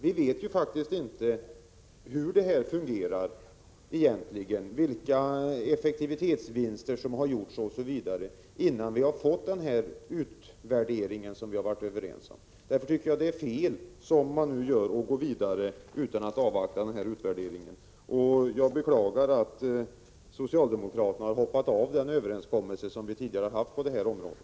Vi vet ju egentligen inte hur modellen fungerar, vilka effektivitetsvinster som har gjorts osv. innan vi har fått den utvärdering som vi har varit överens om skall göras. Därför tycker jag det är fel att, som man nu gör, gå vidare utan att avvakta utvärderingen. Jag beklagar att socialdemokraterna har hoppat av den överenskommelse som vi tidigare haft på det här området.